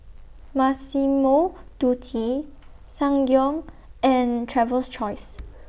Massimo Dutti Ssangyong and Travels Choice